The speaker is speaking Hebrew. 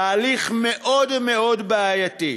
תהליך מאוד מאוד בעייתי.